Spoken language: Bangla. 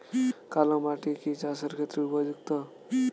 কালো মাটি কি চাষের ক্ষেত্রে উপযুক্ত?